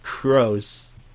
gross